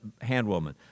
handwoman